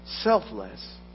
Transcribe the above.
Selfless